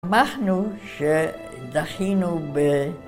אנחנו שזכינו ב...